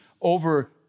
over